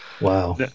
wow